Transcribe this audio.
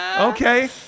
Okay